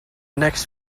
next